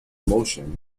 motion